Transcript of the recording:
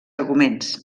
arguments